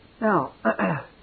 Now